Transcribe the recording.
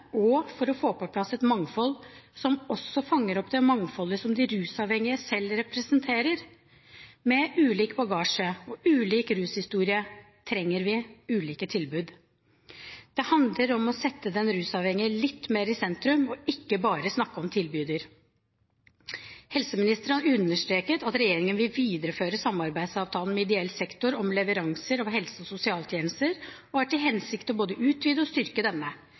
og for å få på plass et mangfold som også fanger opp det mangfoldet som de rusavhengige selv representerer. Med ulik bagasje og ulik rushistorie som bakgrunn trenger vi ulike tilbud. Det handler om å sette den rusavhengige litt mer i sentrum og ikke bare snakke om tilbyder. Helseministeren har understreket at regjeringen vil videreføre samarbeidsavtalen med ideell sektor om leveranser av helse- og sosialtjenester, og har til hensikt både å utvide og styrke denne.